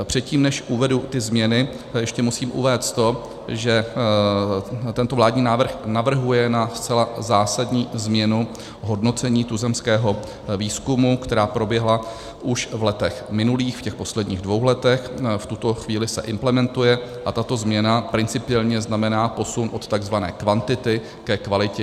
Předtím, než uvedu ty změny, ještě musím uvést to, že tento vládní návrh navrhuje zcela zásadní změnu hodnocení tuzemského výzkumu, která proběhla už v letech minulých, v těch posledních dvou letech, v tuto chvíli se implementuje, a tato změna principiálně znamená posun od takzvané kvantity ke kvalitě.